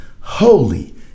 holy